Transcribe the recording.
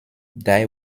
die